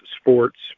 sports